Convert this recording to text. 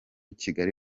kigali